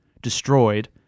destroyed